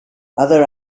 other